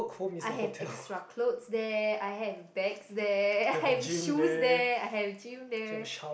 I have extra clothes there I have bags there I have shoes there I have gym there